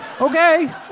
Okay